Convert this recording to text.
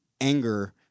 anger